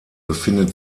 befindet